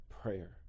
prayer